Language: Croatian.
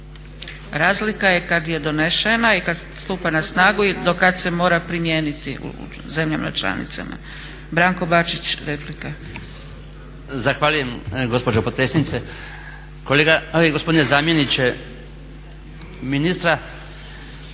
Razlika je kad je donešena i kad stupa na snagu i do kad se mora primijeniti u zemljama članicama. Branko Bačić, replika. **Bačić, Branko (HDZ)** Zahvaljujem gospođo potpredsjednice. Gospodine zamjeniče ministra,